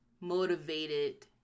motivated